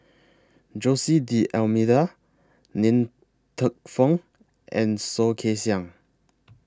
Jose D'almeida Ng Teng Fong and Soh Kay Siang